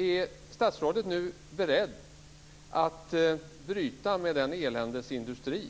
Är statsrådet nu beredd att bryta med den eländesindustri